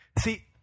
See